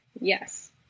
Yes